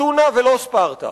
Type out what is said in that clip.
אתונה ולא ספרטה.